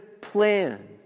plan